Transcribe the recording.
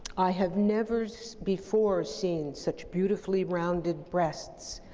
i have never before seen such beautifully rounded breasts.